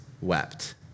wept